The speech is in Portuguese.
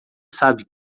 sabe